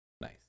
Nice